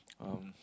um